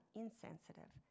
insensitive